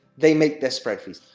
they make their spread fees.